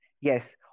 Yes